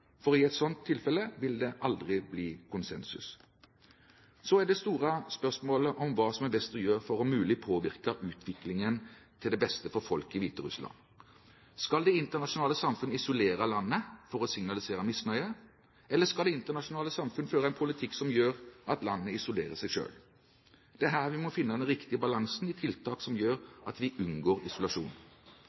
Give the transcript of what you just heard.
For i et sånt tilfelle ville det aldri bli konsensus. Så er det store spørsmålet hva som er best å gjøre for om mulig å påvirke utviklingen til beste for folk i Hviterussland. Skal det internasjonale samfunn isolere landet for å signalisere misnøye, eller skal det internasjonale samfunn føre en politikk som gjør at landet isolerer seg selv? Det er her vi må finne den riktige balansen i tiltak som gjør at vi unngår isolasjon.